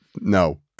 No